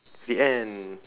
the end